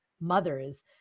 mothers